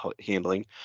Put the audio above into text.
handling